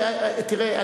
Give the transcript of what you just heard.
תראה,